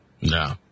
No